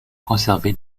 conservé